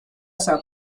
está